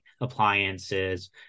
appliances